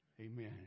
Amen